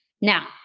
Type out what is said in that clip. Now